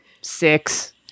six –